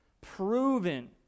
proven